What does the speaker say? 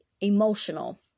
emotional